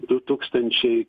du tūkstančiai